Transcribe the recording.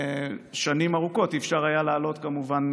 שנים ארוכות לא היה אפשר לעלות לקבר, כמובן.